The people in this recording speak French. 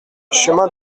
chemin